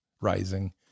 rising